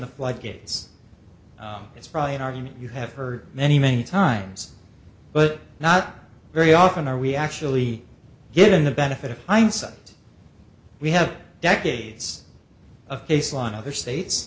the floodgates it's probably an argument you have heard many many times but not very often are we actually given the benefit of hindsight we have decades of case law in other states